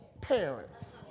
parents